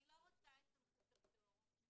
שהוא של אחיינית שלי סתם אני נותנת דוגמה,